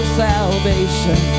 salvation